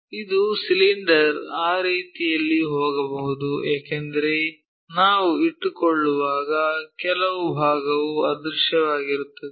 ಇದು ಸಿಲಿಂಡರ್ ಆ ರೀತಿಯಲ್ಲಿ ಹೋಗಬಹುದು ಏಕೆಂದರೆ ನಾವು ಇಟ್ಟುಕೊಳ್ಳುವಾಗ ಕೆಲವು ಭಾಗವು ಅದೃಶ್ಯವಾಗಿರುತ್ತದೆ